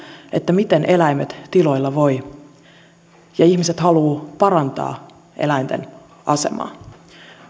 miten eläimet tiloilla voivat ja ihmiset haluavat parantaa eläinten asemaa